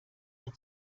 mehr